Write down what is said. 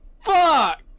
FUCK